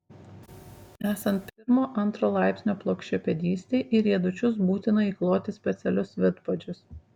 esant pirmo antro laipsnio plokščiapėdystei į riedučius būtina įkloti specialius vidpadžius